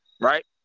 right